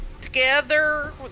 together